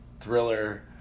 Thriller